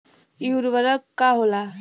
इ उर्वरक का होला?